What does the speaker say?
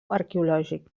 arqueològic